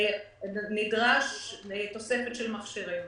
נדרשה תוספת של מכשירים.